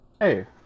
hey